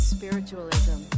Spiritualism